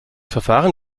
verfahren